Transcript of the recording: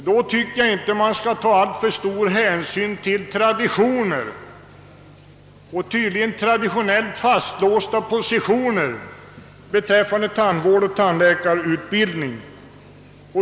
Man bör i ett sådant sammanhang inte ta alltför stor hänsyn till traditionellt fastlåsta positioner beträffande tandvård och tandläkarutbildning.